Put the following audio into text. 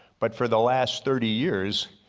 but for the last thirty years,